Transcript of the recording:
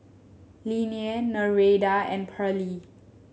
Linnea Nereida and Pearle